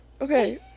Okay